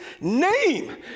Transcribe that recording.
name